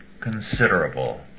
considerable